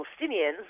Palestinians